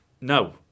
No